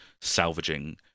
salvaging